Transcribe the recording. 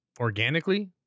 organically